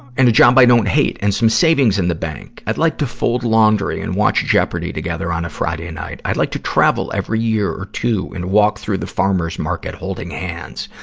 and i don't hate and some savings in the bank. i'd like to fold laundry and watch jeopardy together on a friday night. i'd like to travel every year or two and walk through the farmers' market holding hands.